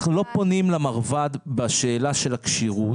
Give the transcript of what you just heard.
אנחנו לא פונים למרב"ד בשאלה של הכשירות.